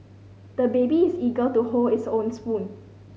the baby is eager to hold his own spoon